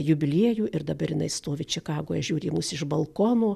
jubiliejų ir dabar jinai stovi čikagoje žiūri į mus iš balkono